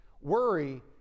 Worry